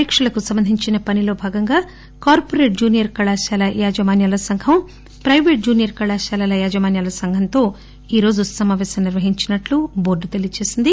పరీక్షలకు సంబంధించిన పనిలో భాగంగా కార్స్రేట్ జూనియర్ కళాశాల యాజమాన్యాల సంఘం పైవేట్ జూనియర్ కళాశాల యాజమాన్యాల సంఘంతో ఈ రోజు సమావేశం నిర్వహించినట్లు ఇంటర్మీడియట్ బోర్లు తెలియచేసింది